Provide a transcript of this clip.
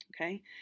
okay